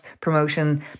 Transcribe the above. promotion